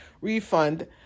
refund